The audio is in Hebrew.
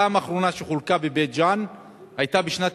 הפעם האחרונה שחולקו בבית-ג'ן היתה בשנת